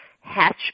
Hatch